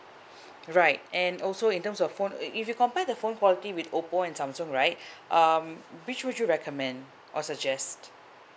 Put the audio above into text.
right and also in terms of phone if if you compare the phone quality with oppo and samsung right um which would you recommend or suggest